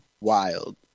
wild